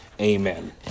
Amen